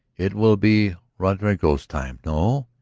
it will be roderico's time, no?